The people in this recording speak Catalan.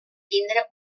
tindre